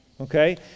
okay